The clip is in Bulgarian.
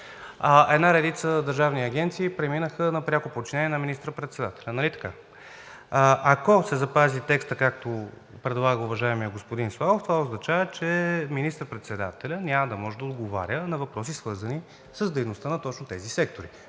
една редица държавни агенции преминаха на пряко подчинение на министър председателя. Нали така? Ако се запази текстът, както предлага уважаемият господин Славов, това означава, че министър председателят няма да може да отговаря на въпроси, свързани с дейността точно на тези сектори.